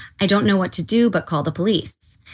i don't know what to do, but call the police.